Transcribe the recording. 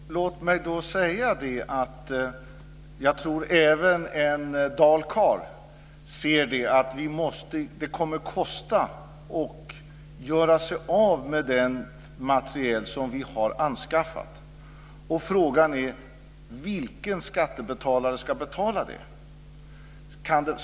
Fru talman! Låt mig då säga att jag tror att även en dalkarl ser att det kommer att kosta att göra sig av med den materiel som har anskaffats. Frågan är: Vilken skattebetalare ska betala det?